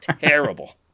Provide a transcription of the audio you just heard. terrible